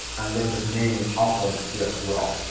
and then just name it, upload it here as well.